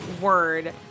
word